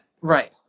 Right